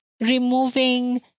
removing